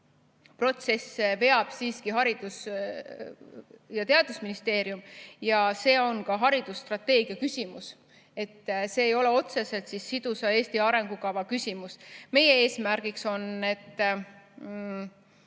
protsessi veab siiski Haridus‑ ja Teadusministeerium ja see on ka haridusstrateegia küsimus, see ei ole otseselt sidusa Eesti arengukava küsimus. Meie eesmärk on, et